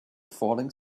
falling